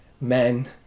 men